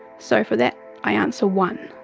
so for that i answer one.